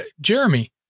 Jeremy